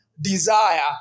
desire